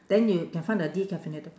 then you can find the decaffeinated